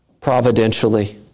providentially